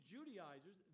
Judaizers